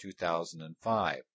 2005